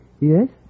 yes